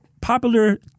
popular